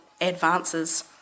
advances